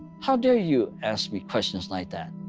how dare you ask me questions like that?